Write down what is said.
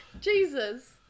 Jesus